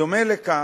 בדומה לכך,